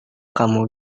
kamu